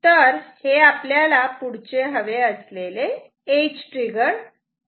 तर हे आपल्याला पुढचे हवे असलेले आहे